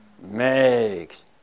makes